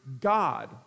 God